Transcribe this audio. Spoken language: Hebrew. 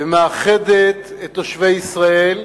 ומאחדת את תושבי ישראל,